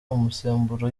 umusemburo